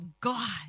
God